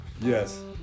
Yes